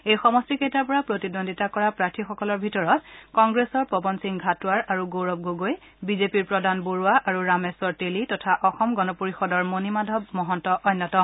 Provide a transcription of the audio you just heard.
এই সমষ্টিকেইটাৰ পৰা প্ৰতিদ্বন্দিতা কৰা প্ৰাৰ্থীসকলৰ ভিতৰত কংগ্ৰেছৰ পৱন সিং ঘাটোৱাৰ আৰু গৌৰৱ গগৈ বিজেপিৰ প্ৰদান বৰুৱা আৰু ৰামেশ্বৰ তেলী তথা অসম গণ পৰিষদৰ মণি মাধৱ মহন্ত অন্যতম